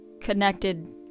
connected